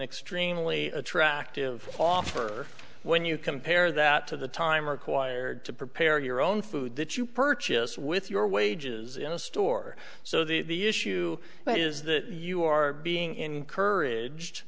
extremely attractive offer when you compare that to the time required to prepare your own food that you purchase with your wages in a store so the issue that is that you are being encouraged